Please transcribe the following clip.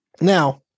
now